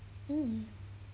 mm